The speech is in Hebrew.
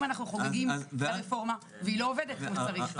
חוגגים את הרפורמה והיא לא עובדת כמו שצריך.